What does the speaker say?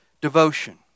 Devotion